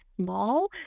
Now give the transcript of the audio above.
small